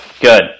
Good